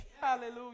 Hallelujah